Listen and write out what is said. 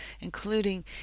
including